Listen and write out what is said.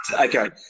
okay